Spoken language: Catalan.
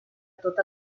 tot